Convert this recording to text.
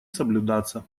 соблюдаться